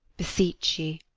beseech ye!